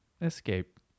escape